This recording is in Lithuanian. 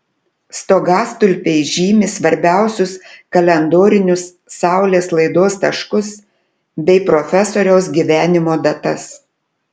stogastulpiai žymi svarbiausius kalendorinius saulės laidos taškus bei profesoriaus gyvenimo datas